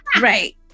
Right